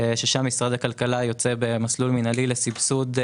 שם משרד הכלכלה יוצא במסלול מינהלי לסבסוד.